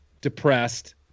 depressed